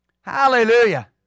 Hallelujah